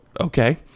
okay